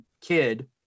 kid